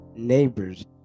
neighbors